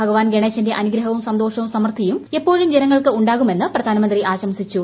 ഭഗവാൻ ഗണേശന്റെ അനുഗ്രഹവും സന്തോഷവും സമൃദ്ധിയും എപ്പോഴും ജനങ്ങൾക്ക് ഉണ്ടാകുമെന്ന് പ്രധാനമന്ത്രി ആശംസിച്ചു